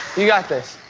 you got this.